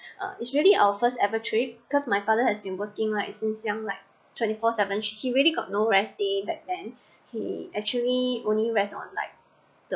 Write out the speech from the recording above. uh it's really our first ever trip because my father has been working like since young like twenty four seven he really got no rest day back then he actually only rest on like